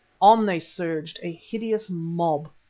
on they surged, a hideous mob,